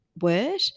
word